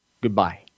Goodbye